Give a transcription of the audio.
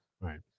right